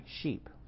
sheep